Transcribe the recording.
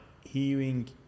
hearing